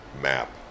MAP